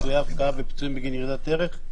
פיצויי הפקעה ופיצויים בגין ירידת ערך.